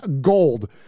gold